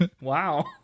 Wow